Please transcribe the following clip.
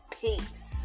Peace